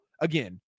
again